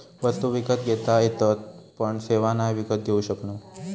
वस्तु विकत घेता येतत पण सेवा नाय विकत घेऊ शकणव